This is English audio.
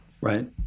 Right